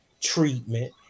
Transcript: treatment